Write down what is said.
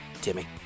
Timmy